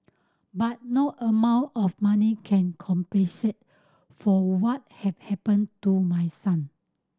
but no amount of money can compensate for what had happened to my son